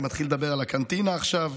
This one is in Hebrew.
אני מתחיל לדבר על הקנטינה עכשיו.